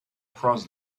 cross